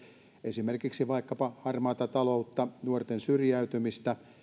esimerkiksi vaikkapa harmaata taloutta nuorten syrjäytymistä